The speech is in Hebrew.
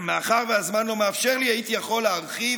מאחר שהזמן לא מאפשר לי, הייתי יכול להרחיב